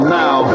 now